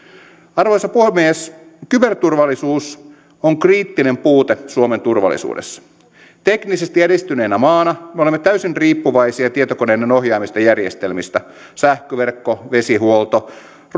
arvoisa puhemies kyberturvallisuus on kriittinen puute suomen turvallisuudessa teknisesti edistyneenä maana me olemme täysin riippuvaisia tietokoneiden ohjaamista järjestelmistä sähköverkko vesihuolto